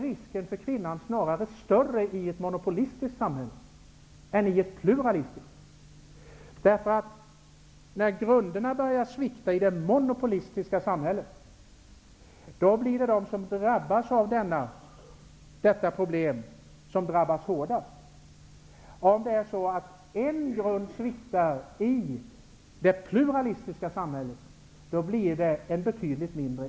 Risken för kvinnan är snarare större i ett monopolistiskt samhälle än i ett pluralistiskt. När grunderna börjar svikta i det monopolistiska samhället kommer de som drabbas av detta problem att drabbas hårdast. Om en grund sviktar i det pluralistiska samhället blir effekten betydligt mindre.